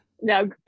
No